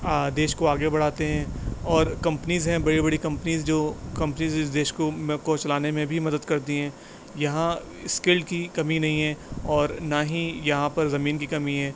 دیش کو آگے بڑھاتے ہیں اور کمپنیز ہیں بڑی بڑی کمپنیز جو کمپنیز اس دیش کو کو چلانے میں بھی مدد کرتی ہیں یہاں اسکل کی کمی نہیں ہے اور نہ ہی یہاں پر زمین کی کمی ہے